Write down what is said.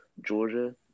Georgia